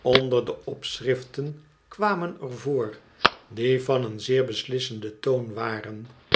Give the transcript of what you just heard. onder de opschriften kwamen er voor die van een zeer beslissenden toon waren